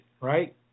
right